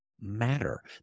matter